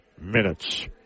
minutes